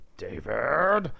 David